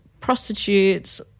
prostitutes –